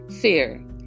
Fear